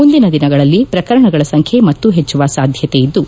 ಮುಂದಿನ ದಿನಗಳಲ್ಲಿ ಪ್ರಕರಣಗಳ ಸಂಬ್ಕೆ ಮತ್ತೂ ಹೆಚ್ಚುವ ಸಾಧ್ಯತೆ ಇದ್ದು